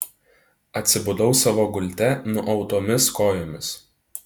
atsibudau savo gulte nuautomis kojomis